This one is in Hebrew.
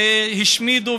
והשמידו,